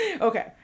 okay